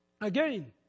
again